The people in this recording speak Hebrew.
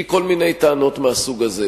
או כל מיני טענות מהסוג הזה.